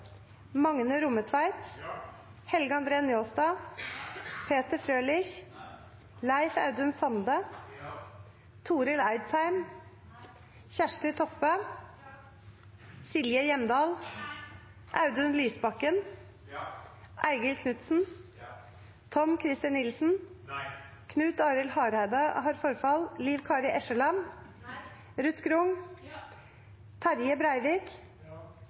Magne Rommetveit, Leif Audun Sande, Kjersti Toppe, Audun Lysbakken, Eigil Knutsen, Ruth Grung, Terje Breivik,